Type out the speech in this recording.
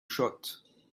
shot